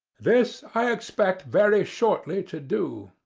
this i expect very shortly to do.